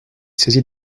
saisie